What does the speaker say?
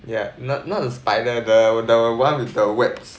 yeah not not the spider the the one with the webs